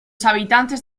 habitantes